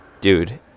Dude